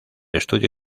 estudio